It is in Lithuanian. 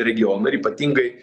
regioną ir ypatingai